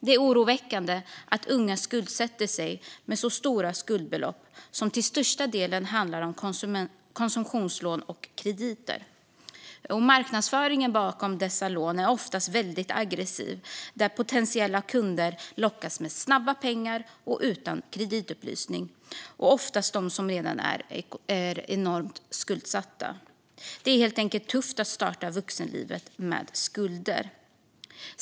Det är oroväckande att unga skuldsätter sig med så stora skuldbelopp, som till största delen handlar om konsumtionslån och krediter. Marknadsföringen bakom dessa lån är oftast väldigt aggressiv, och potentiella kunder lockas med snabba pengar utan kreditupplysning. Ofta vänder man sig till dem som redan är enormt skuldsatta. Det är tufft att starta vuxenlivet med skulder.